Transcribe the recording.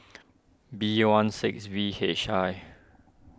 B one six V H I